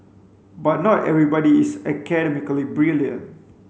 but not everybody is academically brilliant